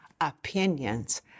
opinions